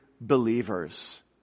believers